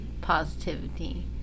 positivity